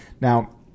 Now